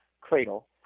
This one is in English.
cradle